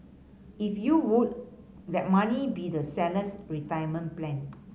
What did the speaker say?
if you would that money be the seller's retirement plan